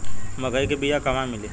मक्कई के बिया क़हवा मिली?